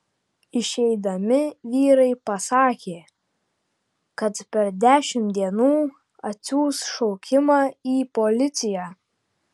išeidami vyrai pasakė kad per dešimt dienų atsiųs šaukimą į policiją